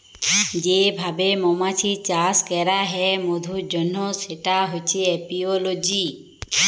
যে ভাবে মমাছির চাষ ক্যরা হ্যয় মধুর জনহ সেটা হচ্যে এপিওলজি